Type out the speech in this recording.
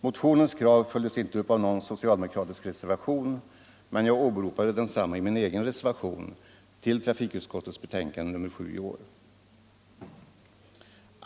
Motionens krav följdes inte upp av någon socialdemokratisk reservation, men jag åberopade densamma i min egen reservation till trafikutskottets betänkande nr 7 i år.